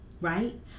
right